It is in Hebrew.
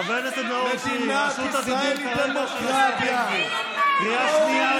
חבר הכנסת נאור שירי, קריאה ראשונה.